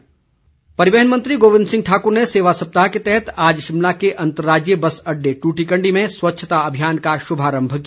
गोविंद ठाकुर परिवहन मंत्री गोविंद ठाकुर ने सेवा सप्ताह के तहत आज शिमला के अंतर्राज्यीय बस अड्डे ट्रटीकंडी में स्वच्छता अभियान का शुभारम्भ किया